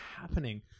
happening